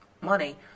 money